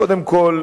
קודם כול,